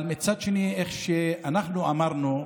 אבל מצד שני, איך שאנחנו אמרנו,